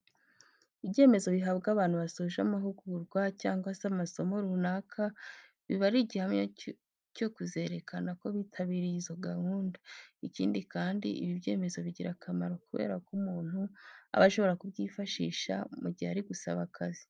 Ibyemezo bihabwa abantu basoje amahugurwa cyangwa se amasomo runaka, biba ari igihamya cyo kuzerekana ko bitabiriye izo gahunda. Ikindi kandi, ibi byemezo bigira akamaro kubera ko umuntu aba ashobora kubikoresha mu gihe ari gushaka akazi.